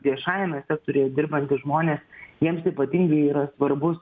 viešajame sektoriuje dirbantys žmonės jiems ypatingai yra svarbus